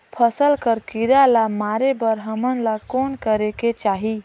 फसल कर कीरा ला मारे बर हमन ला कौन करेके चाही?